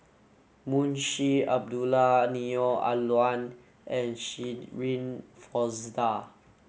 Munshi Abdullah Neo Ah Luan and Shirin Fozdar